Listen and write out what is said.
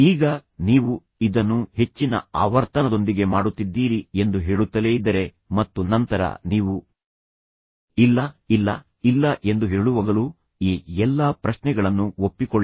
ಈಗ ನೀವು ಇದನ್ನು ಹೆಚ್ಚಿನ ಆವರ್ತನದೊಂದಿಗೆ ಮಾಡುತ್ತಿದ್ದೀರಿ ಎಂದು ಹೇಳುತ್ತಲೇ ಇದ್ದರೆ ಮತ್ತು ನಂತರ ನೀವು ಇಲ್ಲ ಇಲ್ಲ ಇಲ್ಲ ಎಂದು ಹೇಳುವ ಬದಲು ಈ ಎಲ್ಲಾ ಪ್ರಶ್ನೆಗಳನ್ನು ಒಪ್ಪಿಕೊಳ್ಳಿ